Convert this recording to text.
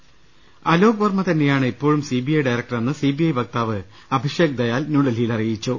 ്്്്് അലോക് വർമ്മ തന്നെയാണ് ഇപ്പോഴും C B I ഡയറക്ടറെന്ന് സി ബി ഐ വക്താവ് അഭിഷേക് ദയാൽ ന്യൂഡൽഹിയിൽ അറിയിച്ചു